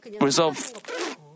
resolve